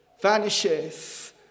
vanishes